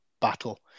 battle